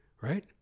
Right